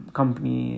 company